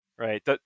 Right